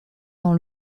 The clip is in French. dans